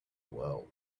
world